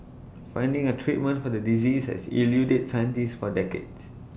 finding A treatment for the disease has eluded scientists for decades